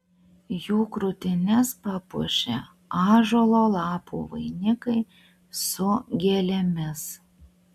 jų krūtines papuošė ąžuolo lapų vainikai su gėlėmis